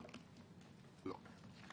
לא.